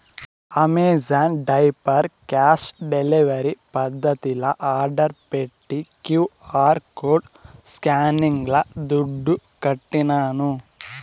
Amazon diaper cash delivery పద్దతిల order పెట్టి QR code స్కానింగ్ల దుడ్లుకట్టినాను